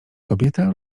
kobieta